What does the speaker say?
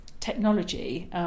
Technology